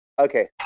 Okay